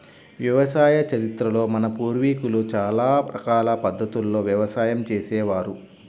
వ్యవసాయ చరిత్రలో మన పూర్వీకులు చాలా రకాల పద్ధతుల్లో వ్యవసాయం చేసే వారు